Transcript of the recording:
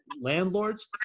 landlords